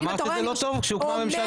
אמרת שזה לא טוב שהוקמה ממשלה?